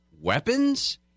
weapons